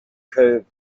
curved